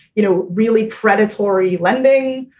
you know, really predatory lending,